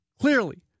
clearly